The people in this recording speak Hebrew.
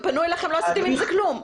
הם פנו אליכם לא עשיתם עם זה כלום.